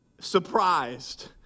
Surprised